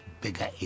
bigger